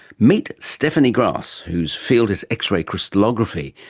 meet stephanie gras, whose field is x-ray crystallography,